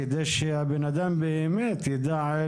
כדי שהבן אדם באמת ידע,